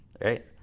right